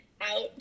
out